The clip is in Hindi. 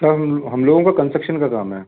सर हम लोगों का कन्स्ट्रक्शन का काम है